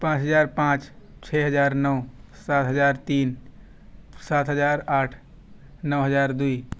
پانچ ہزار پانچ چھ ہزار نو سات ہزار تین سات ہزار آٹھ نو ہزار دو